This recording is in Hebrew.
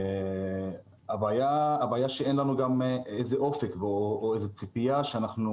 הבעיה היא שאין לנו אופק או ציפייה שאנחנו